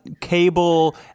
cable